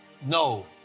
No